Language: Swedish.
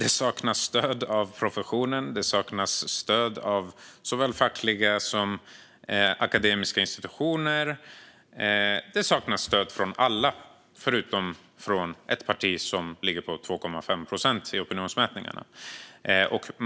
Det saknas stöd från professionen, och det saknas stöd från såväl fackliga som akademiska institutioner. Det saknas stöd från alla förutom från ett parti som ligger på 2,5 procent i opinionsmätningarna.